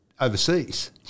overseas